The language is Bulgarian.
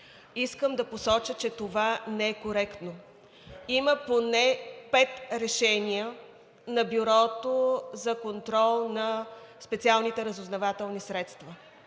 Искам да посоча, че това не е коректно. Има поне пет решения на Бюрото за контрол на специалните разузнавателни средства,